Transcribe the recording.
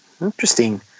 Interesting